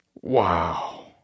Wow